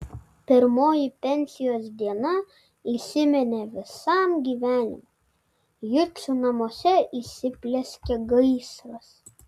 pirmoji pensijos diena įsiminė visam gyvenimui jucių namuose įsiplieskė gaisras